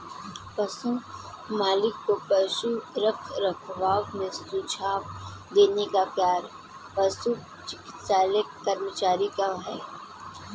पशु मालिक को पशु रखरखाव में सुझाव देने का कार्य पशु चिकित्सा कर्मचारी का है